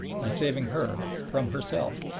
by saving her from herself.